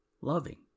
loving